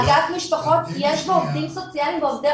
באגף משפחות יש עובדים סוציאליים ועובדי